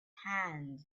hand